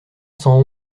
cent